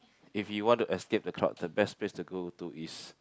if you want to escape the crowd the best place to go to is